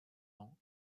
ans